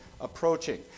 approaching